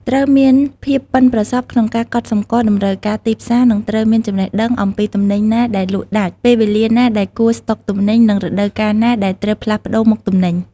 ត្រូវមានភាពប៉ិនប្រសប់ក្នុងការកត់សម្គាល់តម្រូវការទីផ្សារ និងត្រូវមានចំណេះដឹងអំពីទំនិញណាដែលលក់ដាច់ ពេលវេលាណាដែលគួរស្ដុកទំនិញ និងរដូវកាលណាដែលត្រូវផ្លាស់ប្ដូរមុខទំនិញ។